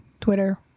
twitter